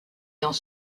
dans